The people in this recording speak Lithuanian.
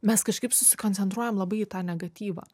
mes kažkaip susikoncentruojam labai į tą negatyvą